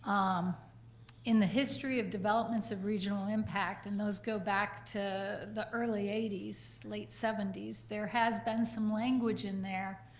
um in the history of developments of regional impact, and those go back to the early eighty s, so late seventy s, there has been some language in there